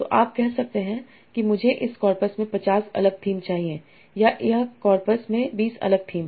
तो आप कह सकते हैं कि मुझे इस कॉर्पस में 50 अलग थीम चाहिए या इस कॉर्पस में 20 अलग थीम